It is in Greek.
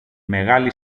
μεγάλη